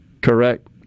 correct